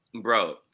Bro